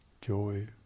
joy